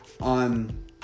on